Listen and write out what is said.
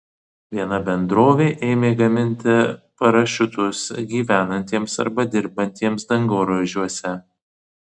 viena bendrovė ėmė gaminti parašiutus gyvenantiems arba dirbantiems dangoraižiuose